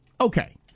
okay